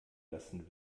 lassen